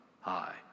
high